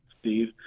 Steve